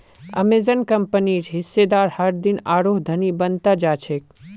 Amazon कंपनीर हिस्सेदार हरदिन आरोह धनी बन त जा छेक